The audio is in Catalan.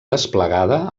desplegada